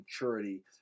maturity